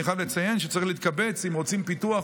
אני חייב לציין שצריך להתקבץ אם רוצים פיתוח,